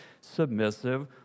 submissive